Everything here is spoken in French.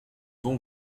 bon